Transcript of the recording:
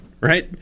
right